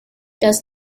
does